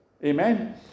Amen